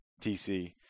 TC